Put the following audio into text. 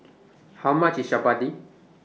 How much IS Chapati